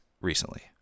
recently